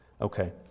Okay